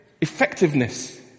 effectiveness